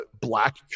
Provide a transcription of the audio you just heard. black